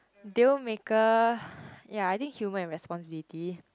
deal maker ya I think human and responsibility